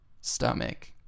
stomach